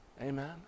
Amen